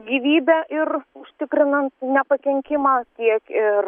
gyvybę ir užtikrinant nepakenkimą tiek ir